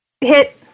hit